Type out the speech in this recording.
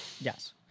yes